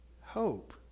Hope